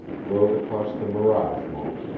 rode across the mirage-moat,